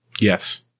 Yes